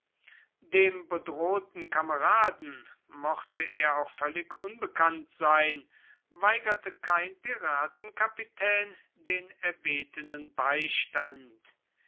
dem bedrohten kameraden mochte er auch völlig unbekannt sein weigerte kein piratenkapitän den erbetenen beistand